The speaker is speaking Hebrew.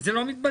זה לא מתבצע.